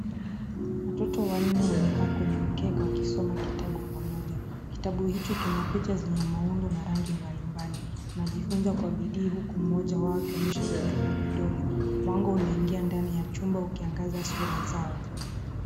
Watoto wanne wamekaa kwenye mkeka wakisoma kitabu pamoja. Kitabu hicho kina picha zenye maumbo na rangi mbalimbali. Wanajifunza kwa bidii huku mmoja wao akionyesha kitu kwa kidole. Mwanga unaingia ndani ya chumba ukiangaza sura zao.